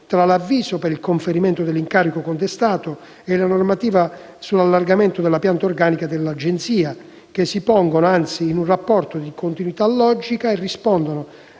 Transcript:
tra l'avviso per il conferimento dell'incarico contestato e la normativa sull'allargamento della pianta organica dell'Agenzia, che si pongono anzi in un rapporto di continuità logica e rispondono